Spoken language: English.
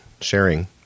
sharing